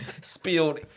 spilled